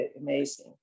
amazing